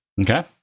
Okay